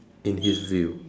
in his view